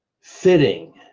Fitting